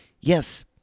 Yes